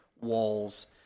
walls